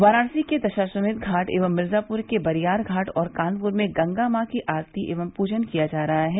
वाराणसी के दशाश्वक्व घाट एवं मिर्जाप्र के बरियार घाट और कानप्र में गंगा मॉ की आरती एवं पूजन किया जा रहा है